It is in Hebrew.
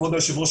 כבוד היושב-ראש,